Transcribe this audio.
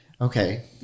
okay